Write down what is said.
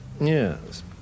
Yes